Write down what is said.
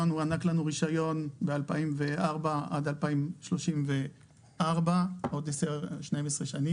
הוענק לנו רישיון ב-2004 עד 2034, עוד 12 שנים.